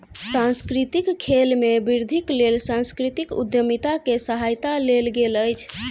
सांस्कृतिक खेल में वृद्धिक लेल सांस्कृतिक उद्यमिता के सहायता लेल गेल अछि